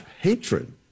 hatred